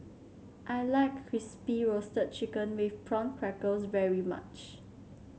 I like Crispy Roasted Chicken with Prawn Crackers very much